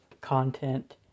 content